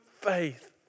faith